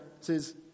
says